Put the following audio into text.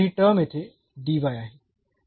तर ही टर्म येथे dy आहे